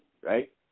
right